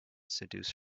seduce